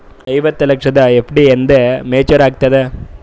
ಐವತ್ತು ಲಕ್ಷದ ಎಫ್.ಡಿ ಎಂದ ಮೇಚುರ್ ಆಗತದ?